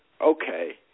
Okay